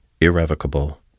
irrevocable